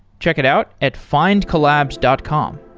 check it out at findcollabs dot com